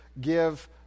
give